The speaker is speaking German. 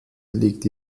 liegt